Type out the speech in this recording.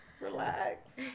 Relax